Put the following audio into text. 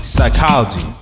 Psychology